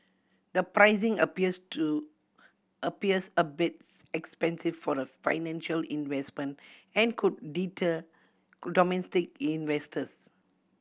the pricing appears to appears a bit expensive for a financial investment and could deter domestic investors